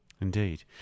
Indeed